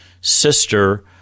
sister